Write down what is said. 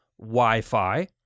Wi-Fi